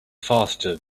faster